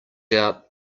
out